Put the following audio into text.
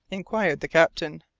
inquired the captain.